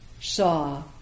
saw